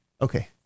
okay